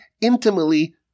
intimately